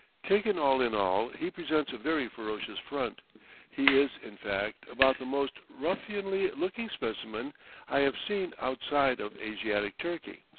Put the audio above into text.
taken all in all, he presents a very ferocious front he is, in fact, about the most ruffianly-looking specimen i have seen outside of asiatic turkey.